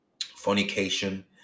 fornication